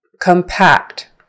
compact